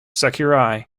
sakurai